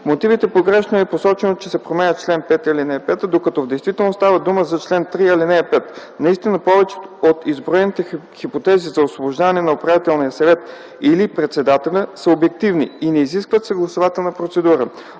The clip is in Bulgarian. мотивите погрешно е посочено, че се променя чл. 5, ал. 5, докато в действителност става дума за чл. 3, ал. 5. Наистина повечето от изброените хипотези за освобождаване на управителния съвет или председателя са обективни и не изискват съгласувателна процедура,